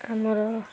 ଆମର